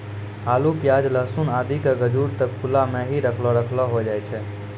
आलू, प्याज, लहसून आदि के गजूर त खुला मॅ हीं रखलो रखलो होय जाय छै